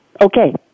Okay